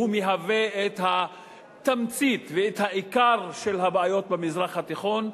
שהוא התמצית והעיקר של הבעיות במזרח התיכון.